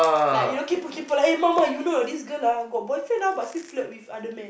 like you know kaypo kaypo eh mo mo you know or not this girl ah got boyfriend ah but still flirt with other men